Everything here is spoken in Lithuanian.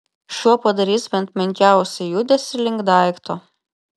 šuo padarys bent menkiausią judesį link daikto